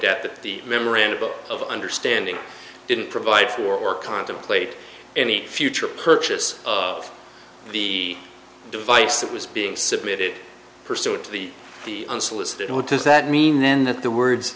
out that the memorandum of understanding didn't provide for or contemplate any future purchase of the device that was being submitted pursuant to the unsolicited what does that mean then that the words